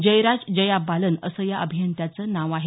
जयराज जया बालन असं या अभियंत्याचं नाव आहे